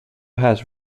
has